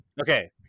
Okay